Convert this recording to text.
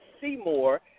Seymour